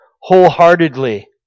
wholeheartedly